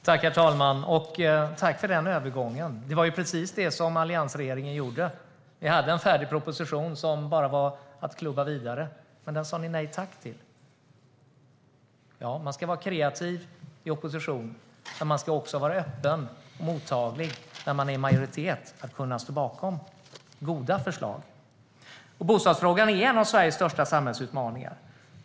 Herr talman! Tack för den övergången! Det var precis det som alliansregeringen gjorde: Vi hade en färdig proposition som bara var att klubba vidare, men den sa ni nej tack till. Man ska vara kreativ i opposition, men man ska också vara öppen och mottaglig när man är i majoritet för att kunna stå bakom goda förslag. Bostadsfrågan är en av Sveriges största samhällsutmaningar.